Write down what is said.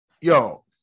yo